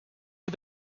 you